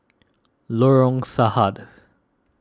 Lorong Sarhad